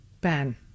Ben